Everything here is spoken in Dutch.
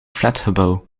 flatgebouw